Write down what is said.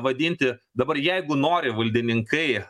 vadinti dabar jeigu nori valdininkai